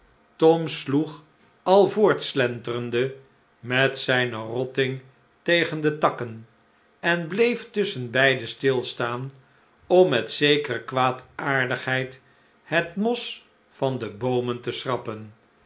tom sloeg al voortslenterende met zijn rotting tegen de takken en bleef tusschenbeide stilstaan om met zekere kwaadaardigheid het mos van de boomen te schrappen